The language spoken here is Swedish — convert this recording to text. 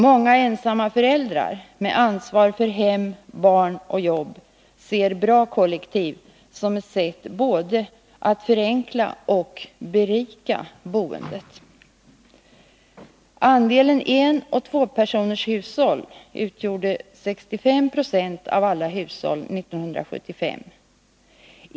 Många ensamma föräldrar med ansvar för hem, barn och jobb ser bra kollektiv som ett sätt att både förenkla och berika boendet. Andelen enoch tvåpersonershushåll utgjorde 65 96 av alla hushåll 1975.